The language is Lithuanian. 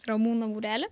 ramūno būrelį